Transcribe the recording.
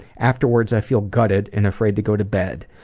afterwards i feel gutted and afraid to go to bed.